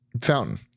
Fountain